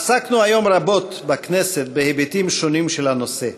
עסקנו היום רבות בכנסת בהיבטים שונים של הנושא,